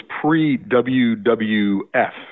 pre-WWF